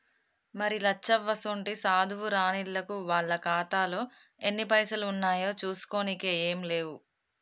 మరి లచ్చవ్వసోంటి సాధువు రానిల్లకు వాళ్ల ఖాతాలో ఎన్ని పైసలు ఉన్నాయో చూసుకోనికే ఏం లేవు